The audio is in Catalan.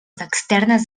externes